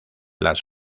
las